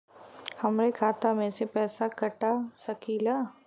हमरे खाता में से पैसा कटा सकी ला?